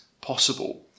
possible